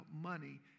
money